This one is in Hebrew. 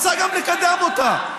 רוצה לקדם גם אותה.